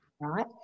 Right